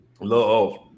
love